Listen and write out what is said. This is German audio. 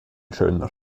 schöner